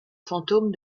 fantôme